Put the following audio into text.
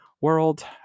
world